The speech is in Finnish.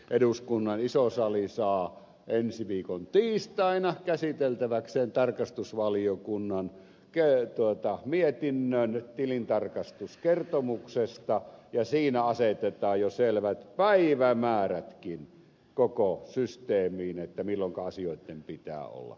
eduskunnan iso sali saa ensi viikon tiistaina käsiteltäväkseen tarkastusvaliokunnan mietinnön tilintarkastuskertomuksesta ja siinä asetetaan jo selvät päivämäärätkin koko systeemiin milloinka asioitten pitää olla kunnossa